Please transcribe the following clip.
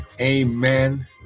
amen